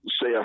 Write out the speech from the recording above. say